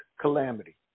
calamity